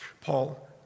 Paul